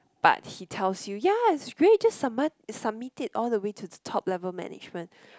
but he tells you ya it's great just subm~ submit it all the way to the top level management